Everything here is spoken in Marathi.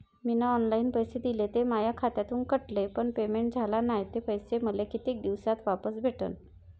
मीन ऑनलाईन पैसे दिले, ते माया खात्यातून कटले, पण पेमेंट झाल नायं, ते पैसे मले कितीक दिवसात वापस भेटन?